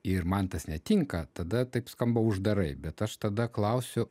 ir man tas netinka tada taip skamba uždarai bet aš tada klausiu